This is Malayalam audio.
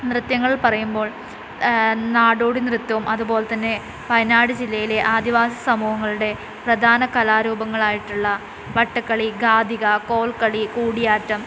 നൃത്ത്യങ്ങൾ പറയുമ്പോൾ നാടോടി നൃത്തവും അതുപോലെതന്നെ വയനാട് ജില്ലയിലെ ആദിവാസി സമൂഹങ്ങളുടെ പ്രധാന കലാരൂപങ്ങളായിട്ടുള്ള വട്ടക്കളി ഗാഥിക കോൽക്കളി കൂടിയാട്ടം